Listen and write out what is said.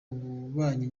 ububanyi